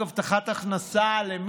כץ,